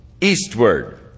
eastward